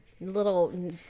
little